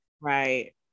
Right